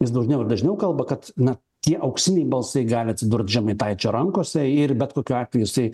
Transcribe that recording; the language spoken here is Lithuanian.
jis dažniau ir dažniau kalba kad na tie auksiniai balsai gali atsidurt žemaitaičio rankose ir bet kokiu atveju jisai